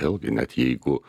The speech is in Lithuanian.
vėlgi net jeigu